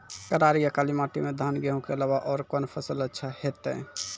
करार या काली माटी म धान, गेहूँ के अलावा औरो कोन फसल अचछा होतै?